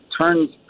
turns